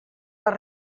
les